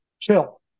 chill